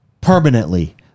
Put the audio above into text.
permanently